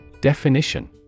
Definition